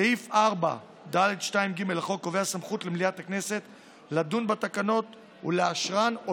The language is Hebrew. סעיף 4(ד)(2)(ג) לחוק קובע סמכות למליאת הכנסת לדון בתקנות ולאשרן או